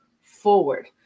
forward